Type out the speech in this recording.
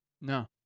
No